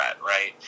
right